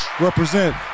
represent